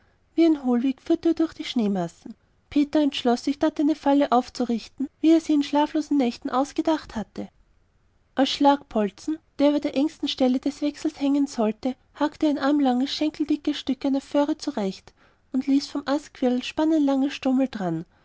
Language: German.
ein hohlweg führte er durch die schneemassen peter entschloß sich dort eine falle aufzurichten wie er sie in schlaflosen nächten ausgedacht hatte als schlagbolzen der über der engsten stelle des wechsels hängen sollte hackte er ein armlanges schenkeldickes stück einer föhre zurecht und ließ vom astquirl spannenlange stummel daran